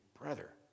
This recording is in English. brother